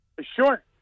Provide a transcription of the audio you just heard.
Sure